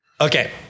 Okay